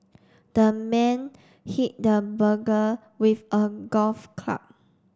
the man hit the burglar with a golf club